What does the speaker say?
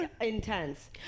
intense